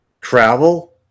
travel